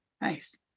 nice